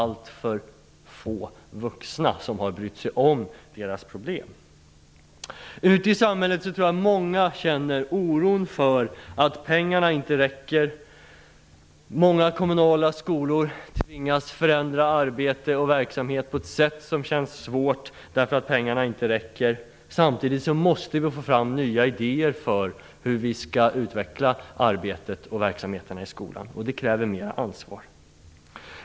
Alltför få vuxna har brytt sig om deras problem. Ute i samhället känner många oro för att pengarna inte räcker. Många kommunala skolor tvingas förändra sitt arbete och sin verksamhet på ett sätt som känns svårt, eftersom pengarna inte räcker. Samtidigt måste vi få fram nya idéer om hur arbetet och verksamheten på skolorna skall utvecklas. Det kräver mer ansvar.